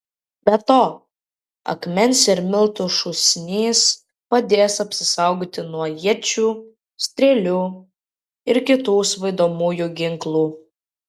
be to akmens ir miltų šūsnys padės apsisaugoti nuo iečių strėlių ir kitų svaidomųjų ginklų